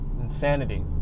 Insanity